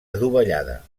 adovellada